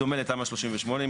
בדומה לתמ"א 38,